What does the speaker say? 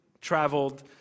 traveled